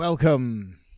Welcome